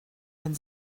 wenn